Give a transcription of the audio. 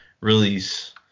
release